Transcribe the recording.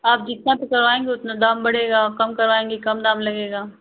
आप जितना पर करवाएंगी उतना दाम बढ़ेगा और कम करवाएंगी कम दाम लगेगा